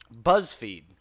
Buzzfeed